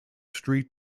street